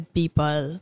people